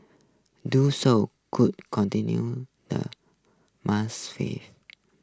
do so could continue the Muslim faith